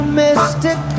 mystic